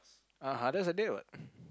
(uh huh) that's a date what